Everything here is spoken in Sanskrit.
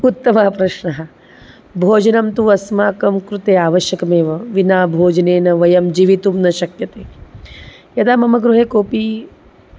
उत्तमः प्रश्नः भोजनं तु अस्माकं कृते आवश्यकमेव विना भोजनेन वयं जीवितुं न शक्यते यदा मम गृहे कोपि